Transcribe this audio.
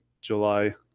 july